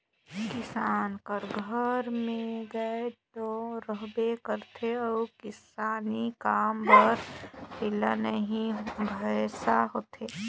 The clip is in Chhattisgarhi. किसान कर घर में गाय दो रहबे करथे अउ किसानी काम बर बइला नी तो भंइसा होथे